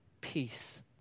Peace